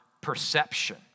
perception